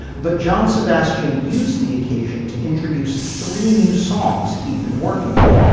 but john sebastian used the occasion to introduce three new songs he'd been working on